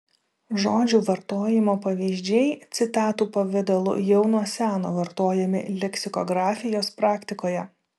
žodžių vartojimo pavyzdžiai citatų pavidalu jau nuo seno vartojami leksikografijos praktikoje